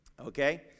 Okay